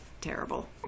terrible